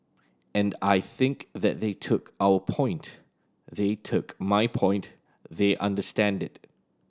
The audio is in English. and I think that they took our point they took my point they understand it